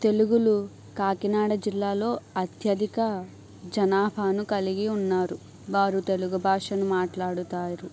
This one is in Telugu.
తెలుగులు కాకినాడ జిల్లాలో అత్యధిక జనాభాను కలిగి ఉన్నారు వారు తెలుగు భాషను మాట్లాడుతారు